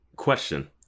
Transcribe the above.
question